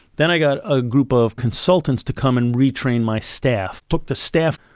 then i got a group of consultants to come and retrain my staff. took the staff,